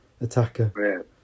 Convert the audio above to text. attacker